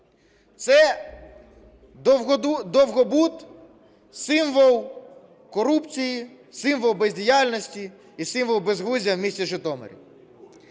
Це довгобуд символ корупції, символ бездіяльності і символ безглуздя у місті Житомирі.